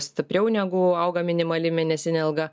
stipriau negu auga minimali mėnesinė alga